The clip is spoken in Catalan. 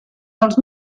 dels